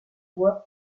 voie